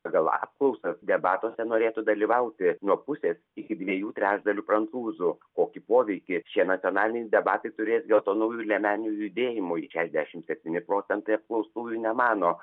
pagal apklausas debatuose norėtų dalyvauti nuo pusės iki dviejų trečdalių prancūzų kokį poveikį šie nacionaliniai debatai turės geltonųjų liemenių judėjimui šešdešim septyni procentai apklaustųjų nemano